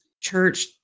church